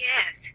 Yes